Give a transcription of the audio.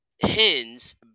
hens